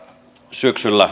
syksyllä